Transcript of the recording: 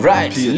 Right